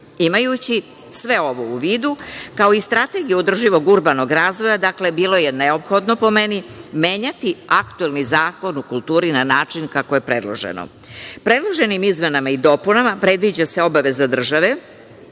biti. Imajući sve ovo u vidu, kao i strategiju održivog urbanog razvoja, bilo je neophodno, po meni, menjati aktuelni Zakon o kulturi na način kako je predloženo. Predloženim izmenama i dopunama predviđa se obaveza države